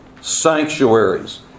sanctuaries